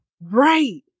Right